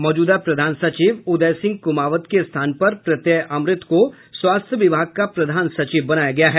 मौजूदा प्रधान सचिव उदय सिंह कुमावत के स्थान पर प्रत्यय अमृत को स्वास्थ्य विभाग का प्रधान सचिव बनाया गया है